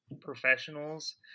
professionals